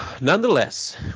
Nonetheless